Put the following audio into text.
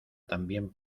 también